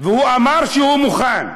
והוא אמר שהוא מוכן.